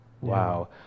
Wow